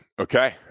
Okay